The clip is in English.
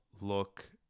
look